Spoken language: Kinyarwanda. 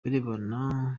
birebana